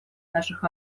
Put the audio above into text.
наших